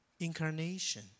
Incarnation